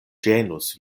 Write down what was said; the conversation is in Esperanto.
ĝenus